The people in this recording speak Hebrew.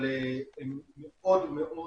אבל הם מאוד מאוד